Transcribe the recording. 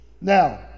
Now